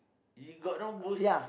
you got no boots